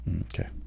Okay